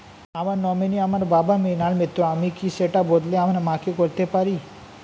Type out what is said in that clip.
আমার নমিনি আমার বাবা, মৃণাল মিত্র, আমি কি সেটা বদলে আমার মা কে করতে পারি?